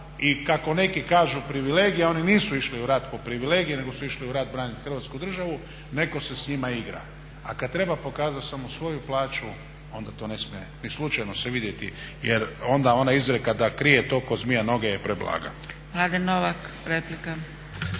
i kako neki kažu privilegije, oni nisu išli u rat po privilegiji, nego su išli u rat braniti Hrvatsku državu netko se s njima igra. A kad treba pokazati samo svoju plaću, onda to ne smije ni slučajno se vidjeti, jer onda ona izreka da krije to ko zmija noge je preblaga. **Zgrebec, Dragica